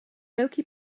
velký